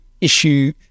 issue